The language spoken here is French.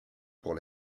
pour